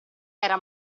era